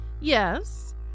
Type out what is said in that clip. Yes